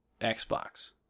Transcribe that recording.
Xbox